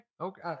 Okay